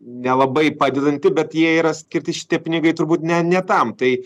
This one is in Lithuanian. nelabai padedanti bet jie yra skirti šitie pinigai turbūt ne ne tam tai